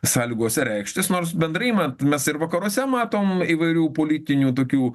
sąlygose reikštis nors bendrai imant mes ir vakaruose matom įvairių politinių tokių